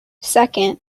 second